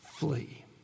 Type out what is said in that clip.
flee